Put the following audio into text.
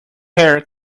hair